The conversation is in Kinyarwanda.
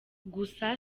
gusa